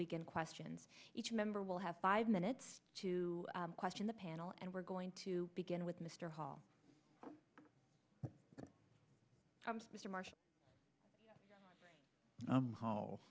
begin questions each member will have five minutes to question the panel and we're going to begin with mr hall mr marson i'm how